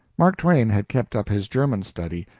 mark twain had kept up his german study,